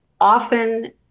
often